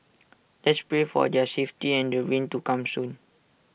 let's pray for their safety and the rains to come soon